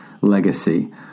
legacy